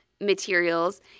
materials